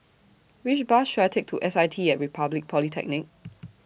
Which Bus should I Take to S I T At Republic Polytechnic